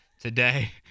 today